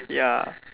ya